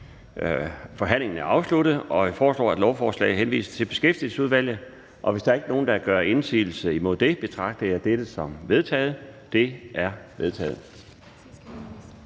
forhandlingen afsluttet. Jeg foreslår, at lovforslaget henvises til Beskæftigelsesudvalget. Hvis der ikke er nogen, der gør indsigelse mod dette, betragter jeg det som vedtaget. Det er vedtaget.